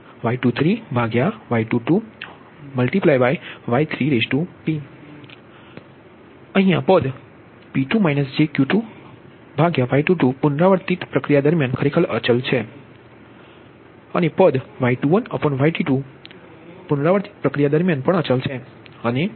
કારણ કે શબ્દP2 jQ2Y22પુનરાવર્તિત પ્રક્રિયા દરમ્યાન ખરેખર અચલછે Y21Y22 પુનરાવર્તિત પ્રક્રિયા દરમ્યાન પણ અચલ છે